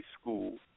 school